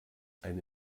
eine